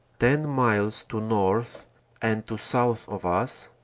ten miles to north and to south of us,